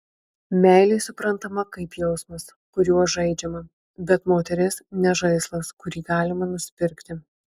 meilė suprantama kaip jausmas kuriuo žaidžiama bet moteris ne žaislas kurį galima nusipirkti